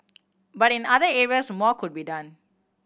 but in other areas more could be done